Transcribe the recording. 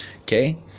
okay